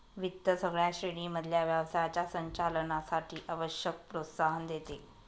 वित्त सगळ्या श्रेणी मधल्या व्यवसायाच्या संचालनासाठी आवश्यक प्रोत्साहन देते